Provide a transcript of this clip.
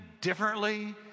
differently